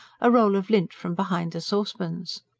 a roll of lint from behind the saucepans.